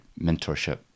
mentorship